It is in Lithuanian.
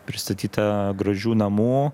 pristatyta gražių namo